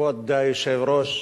כבוד היושב-ראש,